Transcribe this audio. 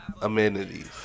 amenities